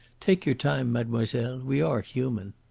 take your time, mademoiselle! we are human.